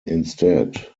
instead